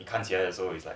看起来的时候 is like